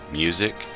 music